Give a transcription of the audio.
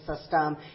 system